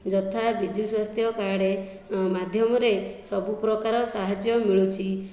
ଯଥା ବିଜୁ ସ୍ୱାସ୍ଥ୍ୟ କାର୍ଡ଼ ମାଧ୍ୟମରେ ସବୁ ପ୍ରକାର ସାହାଯ୍ୟ ମିଳୁଛି